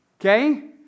okay